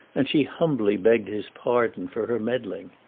and she humbly begged his pardon for her meddling.